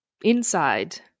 inside